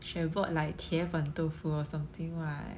should have bought like 铁板豆腐 or something what